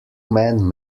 men